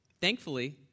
Thankfully